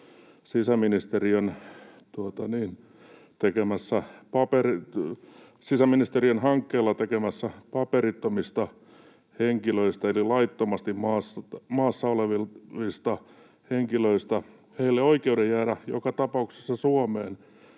sisäministeriön hankkeella tekemässä paperittomille henkilöille eli laittomasti maassa oleville henkilöille oikeuden jäädä joka tapauksessa Suomeen,